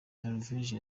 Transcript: noruveje